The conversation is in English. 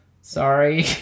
Sorry